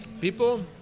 People